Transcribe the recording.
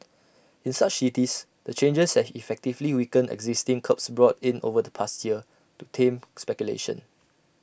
in such cities the changes have effectively weakened existing curbs brought in over the past year to tame speculation